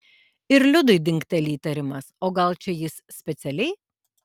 ir liudui dingteli įtarimas o gal čia jis specialiai